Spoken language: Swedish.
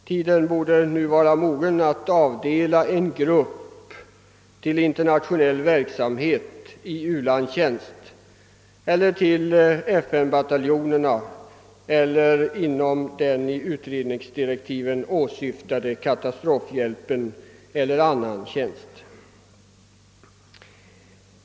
Tiden borde nu vara mogen att avdelå en grupp därifrån till internationell verksamhet i ulandstjänst eller till tjänstgöring i FN bataljonerna eller inom den i utredningsdirektiven åsyftade katastrofhjälpen eller någon annan tjänst.